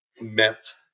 met